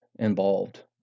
Involved